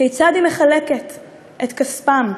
כיצד היא מחלקת את כספם,